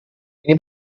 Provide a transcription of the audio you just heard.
ini